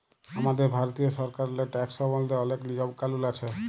আমাদের ভারতীয় সরকারেল্লে ট্যাকস সম্বল্ধে অলেক লিয়ম কালুল আছে